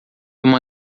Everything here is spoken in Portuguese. uma